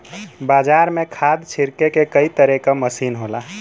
बाजार में खाद छिरके के कई तरे क मसीन होला